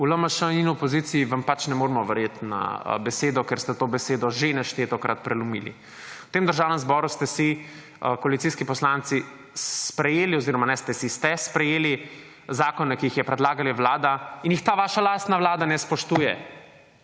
v LMŠ in v opoziciji vam pač ne moremo verjeti na besedo, ker ste to besedo že neštetokrat prelomili. V tem državnem zboru ste si koalicijski poslanci sprejeli oziroma ne ste si, ste sprejeli zakone, ki jih je predlagala vlada in jih ta vaša lastna vlada ne spoštuje